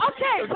Okay